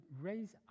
raise